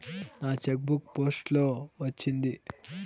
నా cheque book post లో వచ్చింది